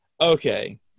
Okay